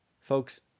Folks